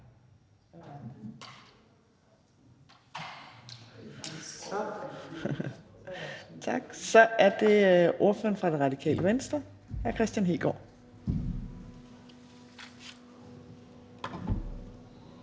Så er det ordføreren for Det Radikale Venstre, hr. Kristian Hegaard.